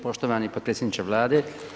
Poštovani potpredsjedniče Vlade.